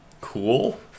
Cool